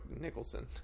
Nicholson